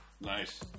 Nice